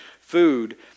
food